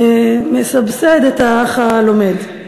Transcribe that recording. מסבסד, את האח הלומד.